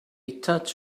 touch